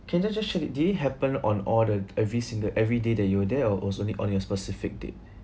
can you just should it did it happen on all the every single every day that you were there (or) it's only on your specific date